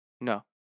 No